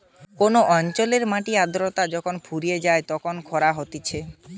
কোন অঞ্চলের মাটির আদ্রতা যখন ফুরিয়ে যায় তখন খরা হতিছে